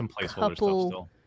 couple